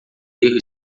erro